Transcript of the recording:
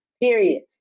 Period